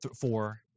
four